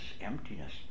emptiness